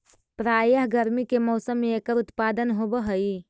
प्रायः गर्मी के मौसम में एकर उत्पादन होवअ हई